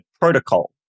protocol